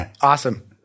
Awesome